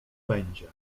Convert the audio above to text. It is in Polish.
będzie